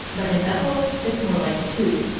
but in bethel, it's more like two.